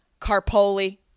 Carpoli